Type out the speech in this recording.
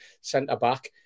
centre-back